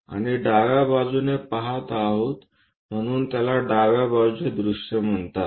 आणि डाव्या बाजूने आपण पहात आहोत म्हणून त्याला डाव्या बाजूचे दृश्य असे म्हणतात